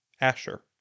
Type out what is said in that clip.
Asher